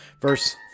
Verse